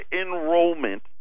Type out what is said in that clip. enrollment